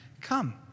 come